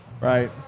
Right